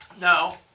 No